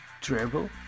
Dribble